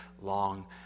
long